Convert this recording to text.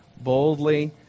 boldly